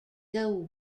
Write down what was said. gold